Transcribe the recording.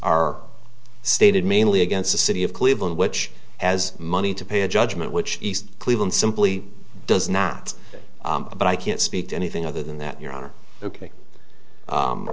are stated mainly against the city of cleveland which has money to pay a judgment which east cleveland simply does not but i can't speak to anything other than that your honor ok